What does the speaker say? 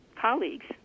colleagues